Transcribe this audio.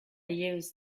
used